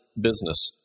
business